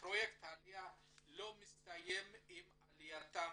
פרויקט העלייה לא מסתיים עם עלייתם